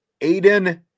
aiden